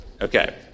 Okay